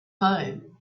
home